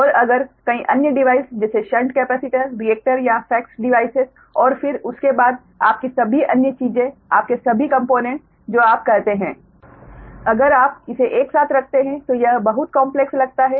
और अगर कई अन्य डिवाइस जैसे शंट कैपेसिटर रिएक्टर या फ़ेक्ट्स डिवाइसेस और फिर उसके बाद आपकी सभी अन्य चीजें आपके सभी कॉम्पोनेंट जो आप कहते हैं अगर आप इसे एक साथ रखते हैं तो यह बहुत कॉम्प्लेक्स लगता है